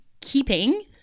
keeping